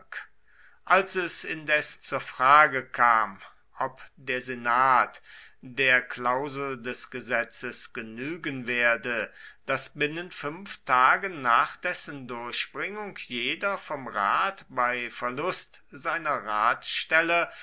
als es indes zur frage kam ob der senat der klausel des gesetzes genügen werde daß binnen fünf tagen nach dessen durchbringung jeder vom rat bei verlust seiner